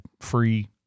free